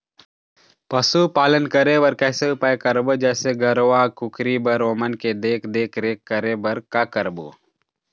पशुपालन करें बर कैसे उपाय करबो, जैसे गरवा, कुकरी बर ओमन के देख देख रेख करें बर का करबो?